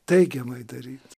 teigiamai daryt